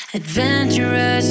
adventurous